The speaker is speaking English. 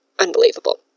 unbelievable